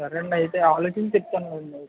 సరే అండి అయితే ఆలోచించి చెప్తానండి అయితే